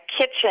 kitchen